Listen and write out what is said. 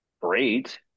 great